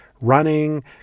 running